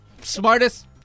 smartest